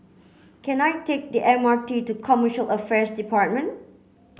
can I take the M R T to Commercial Affairs Department